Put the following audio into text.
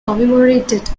commemorated